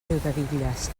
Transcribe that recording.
riudebitlles